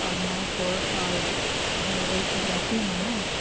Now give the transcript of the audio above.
और नर्स वर्स और दाई वाई सब रहती हैं ना